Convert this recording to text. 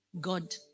god